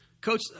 Coach